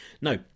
No